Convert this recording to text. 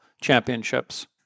championships